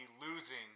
losing